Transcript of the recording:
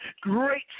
great